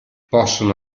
possono